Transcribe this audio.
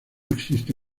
existe